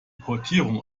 portierung